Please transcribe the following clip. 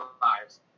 lives